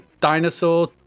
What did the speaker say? dinosaur